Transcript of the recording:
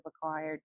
acquired